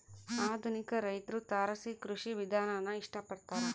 ಆಧುನಿಕ ರೈತ್ರು ತಾರಸಿ ಕೃಷಿ ವಿಧಾನಾನ ಇಷ್ಟ ಪಡ್ತಾರ